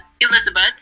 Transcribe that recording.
Elizabeth